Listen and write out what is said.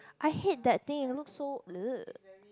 I hate that thing it looks so